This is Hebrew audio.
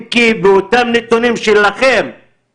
את אותן תקנות כל שנה מחדשים, אתה יודע כמה זמן?